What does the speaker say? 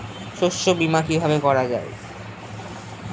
শস্য বীমা কিভাবে করা যায়?